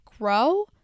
grow